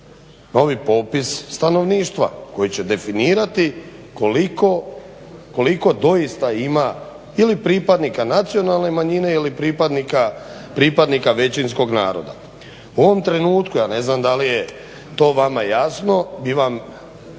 novi popis stanovništva koji će definirati koliko doista ima ili pripadnika nacionalne manjine ili pripadnika većinskog naroda. U ovom trenutku ja ne znam da li je to vama jasno, bi vam